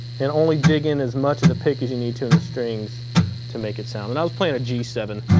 and only dig in as much of the pick as you need to in the strings to make it sound. and i was playing a g seven